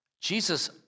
Jesus